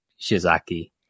Shizaki